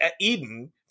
eden